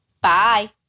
Bye